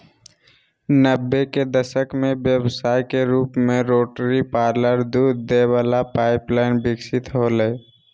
नब्बे के दशक में व्यवसाय के रूप में रोटरी पार्लर दूध दे वला पाइप लाइन विकसित होलय